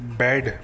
bad